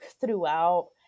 throughout